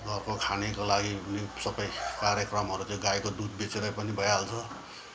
घरको खानेको लागि पनि सबै कार्यक्रमहरू चाहिँ गाईको दुध बेचेरै पनि भइहाल्छ